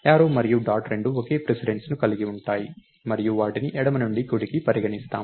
arrow మరియు dot రెండూ ఒకే ప్రిసిడెన్స్ ను కలిగి ఉంటాయి మరియు వాటిని ఎడమ నుండి కుడికి పరిగణిస్తాము